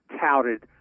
touted